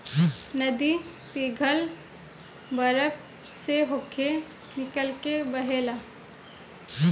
नदी पिघल बरफ से होके निकल के बहेला